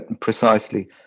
Precisely